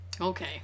Okay